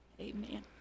Amen